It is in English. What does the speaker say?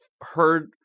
heard